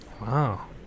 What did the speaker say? Wow